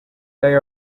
they